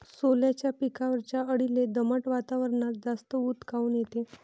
सोल्याच्या पिकावरच्या अळीले दमट वातावरनात जास्त ऊत काऊन येते?